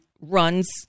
runs